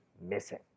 missing